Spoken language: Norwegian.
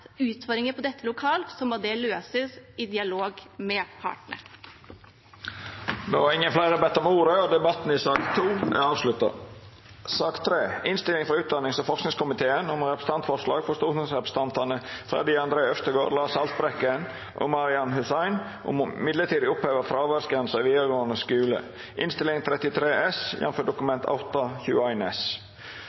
utfordringer med dette lokalt, må det løses i dialog med partene. Fleire har ikkje bedt om ordet til sak nr. 2. Jeg kan allerede nå avsløre at jeg ikke kommer til å bruke hele taletiden. Utdannings- og forskningskomiteen har behandlet representantforslaget fra stortingsrepresentantene Freddy André Øvstegård, Lars Haltbrekken og Marian Hussein om å midlertidig oppheve fraværsgrensen i videregående skole.